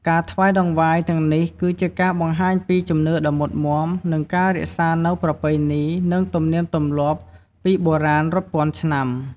ការថ្វាយតង្វាយទាំងនេះ គឺជាការបង្ហាញពីជំនឿដ៏មុតមាំ និងការរក្សានូវ ប្រពៃណី និងទំនៀមទម្លាប់ពីបុរាណរាប់ពាន់ឆ្នាំ។